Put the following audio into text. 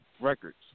Records